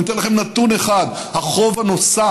אני נותן לכם נתון אחד: החוב הנוסף,